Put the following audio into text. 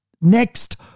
next